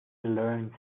learns